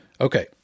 Okay